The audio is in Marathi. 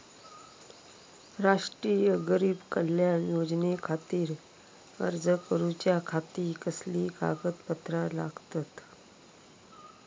राष्ट्रीय गरीब कल्याण योजनेखातीर अर्ज करूच्या खाती कसली कागदपत्रा लागतत?